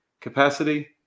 capacity